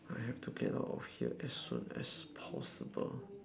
I have to get out of here as soon as possible